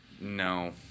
No